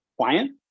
client